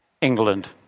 England